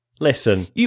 Listen